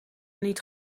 niet